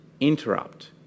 interrupt